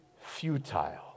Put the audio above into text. futile